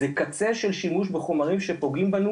זה קצה של שימוש בחומרים שפוגעים בנו,